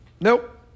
Nope